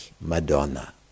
Madonna